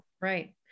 Right